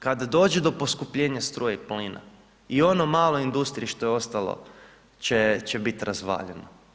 Kada dođe do poskupljenja struje i plina i ono male industrije što je ostalo će biti razvaljeno.